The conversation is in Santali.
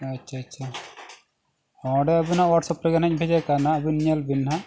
ᱟᱪᱪᱷᱟ ᱟᱪᱪᱷᱟ ᱚᱸᱰᱮ ᱟᱵᱤᱱᱟᱜ ᱨᱮᱜᱮ ᱱᱟᱦᱟᱜ ᱤᱧ ᱵᱷᱮᱡᱟ ᱠᱟᱜᱼᱟ ᱱᱟᱦᱟᱜ ᱟᱵᱮᱱ ᱧᱮᱞ ᱵᱤᱱ ᱱᱟᱦᱟᱜ